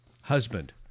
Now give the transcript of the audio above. Husband